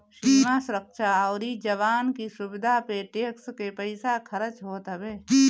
सीमा सुरक्षा अउरी जवान की सुविधा पे टेक्स के पईसा खरच होत हवे